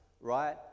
right